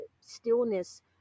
stillness